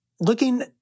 looking